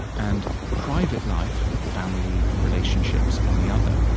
and private life, family, relationships, on the other,